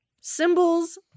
symbols